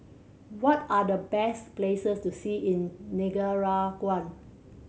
what are the best places to see in Nicaragua